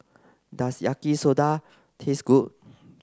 does Yaki Soda taste good